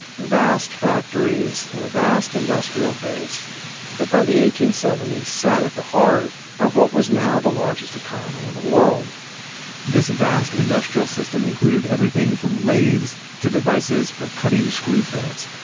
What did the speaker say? vast factories and a vast industrial base that by the eighteen seventy s sat at the heart of what was now the largest economy in the world this vast industrial system included everything from lathes to devices for cutting screw threads,